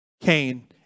Cain